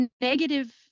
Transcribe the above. negative